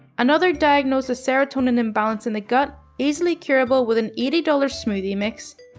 another diagnosed a serotonin imbalance in the gut easily curable with an eighty dollars smoothie mix.